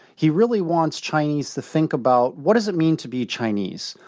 he really wants chinese to think about what does it mean to be chinese,